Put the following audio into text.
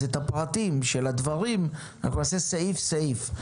אז את הפרטים של הדברים אנחנו נעשה סעיף סעיף.